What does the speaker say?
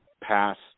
past